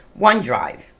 OneDrive